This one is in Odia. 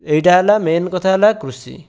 ଏଇଟା ହେଲା ମେନ୍ କଥା ହେଲା କୃଷି